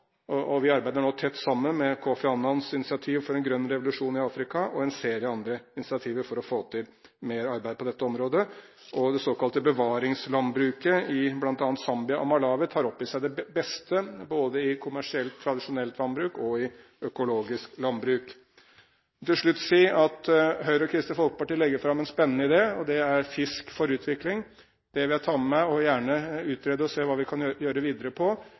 spørsmål. Vi arbeider nå tett sammen med Kofi Annans initiativ for en grønn revolusjon i Afrika og en serie andre initiativer for å få til mer arbeid på dette området. Det såkalte bevaringslandbruket i bl.a. Zambia og Malawi tar opp i seg det beste, både i kommersielt, tradisjonelt landbruk og i økologisk landbruk. Jeg vil til slutt si at Høyre og Kristelig Folkeparti legger fram en spennende idé. Det er «Fisk for utvikling». Det vil jeg ta med meg, og gjerne utrede og se hva vi kan gjøre videre